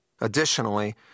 Additionally